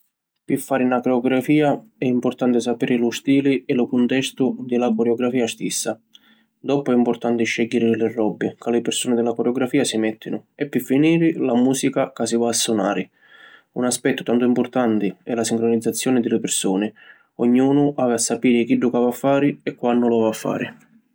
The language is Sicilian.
Pi fari na coreografia è importanti sapiri lu stili e lu contestu di la coreografia stissa. Doppu è importanti scegghiri li robbi ca li pirsuni di la coreografia si mettinu e pi finiri la musica ca si va a sunari. Un aspettu tantu importanti è la sincronizzazioni di li pirsuni, ognunu havi a sapiri chiddu ca havi a fari e quannu lu havi a fari.